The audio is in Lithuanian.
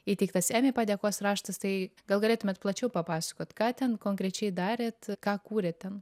įteiktas emmy padėkos raštas tai gal galėtumėt plačiau papasakot ką ten konkrečiai darėt ką kūrėt ten